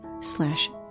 slash